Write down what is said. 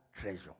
treasure